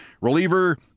reliever